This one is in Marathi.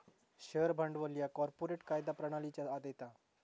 शेअर भांडवल ह्या कॉर्पोरेट कायदा प्रणालीच्या आत येता